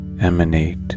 emanate